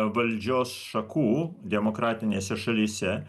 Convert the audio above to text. valdžios šakų demokratinėse šalyse